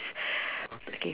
okay